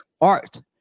art